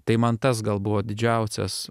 tai man tas gal buvo didžiausias